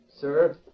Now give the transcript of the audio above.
sir